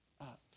up